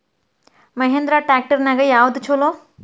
Mahindra tractor ನ್ಯಾಗ ಯಾವ್ದ ಛಲೋ?